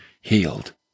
healed